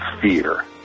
fear